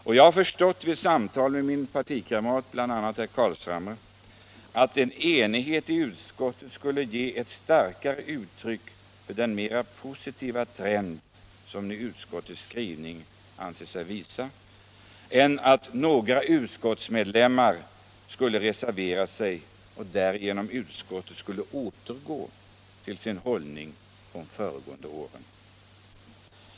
Och jag har, bl.a. vid samtal med min partikamrat herr Carlshamre, förstått att en enighet i utskottet skulle ge ett starkare uttryck för denna mera positiva trend som utskottets skrivning nu visar än om några utskottsmedlemmar reserverade sig och utskottet därigenom skulle återgå till sin hållning från föregående år.